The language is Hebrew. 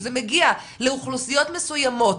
כשזה מגיע לאוכלוסיות מסוימות,